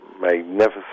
magnificent